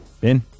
Ben